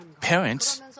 parents